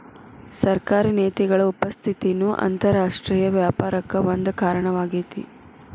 ಸರ್ಕಾರಿ ನೇತಿಗಳ ಉಪಸ್ಥಿತಿನೂ ಅಂತರರಾಷ್ಟ್ರೇಯ ವ್ಯಾಪಾರಕ್ಕ ಒಂದ ಕಾರಣವಾಗೇತಿ